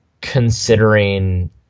considering